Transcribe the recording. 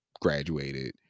graduated